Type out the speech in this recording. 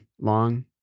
long